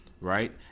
right